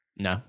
No